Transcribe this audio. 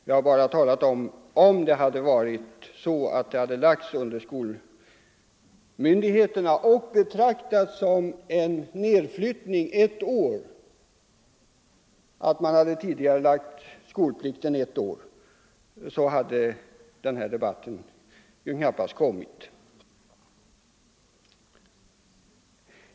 Jag har bara sagt att om förskoleverksamheten hade lagts under skolmyndigheterna och saken betraktats så att skolpliktens inträdande tidigarelagts ett år hade den här debatten knappast kommit att föras.